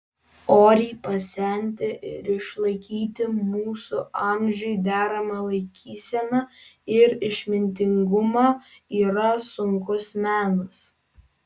oriai pasenti ir išlaikyti mūsų amžiui deramą laikyseną ir išmintingumą yra sunkus menas